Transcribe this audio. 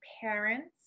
parents